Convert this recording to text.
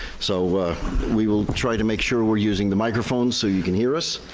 so we will try to make sure we're using the microphones so you can hear us.